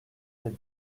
des